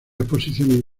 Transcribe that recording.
exposiciones